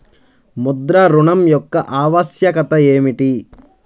ముద్ర ఋణం యొక్క ఆవశ్యకత ఏమిటీ?